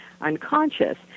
unconscious